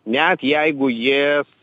net jeigu jis